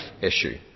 issue